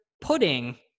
Pudding